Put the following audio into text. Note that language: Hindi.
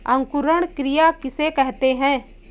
अंकुरण क्रिया किसे कहते हैं?